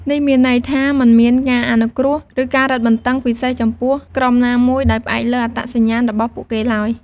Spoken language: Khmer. នេះមានន័យថា មិនមានការអនុគ្រោះ ឬការរឹតបន្តឹងពិសេសចំពោះក្រុមណាមួយដោយផ្អែកលើអត្តសញ្ញាណរបស់ពួកគេឡើយ។